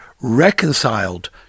reconciled